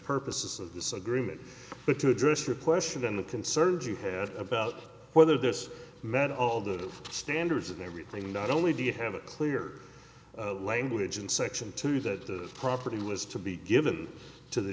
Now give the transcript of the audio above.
purpose of this agreement but to address your question and the concerns you had about whether this met all the standards and everything not only do you have a clear language in section two that the property was to be given to the